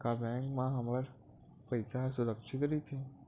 का बैंक म हमर पईसा ह सुरक्षित राइथे?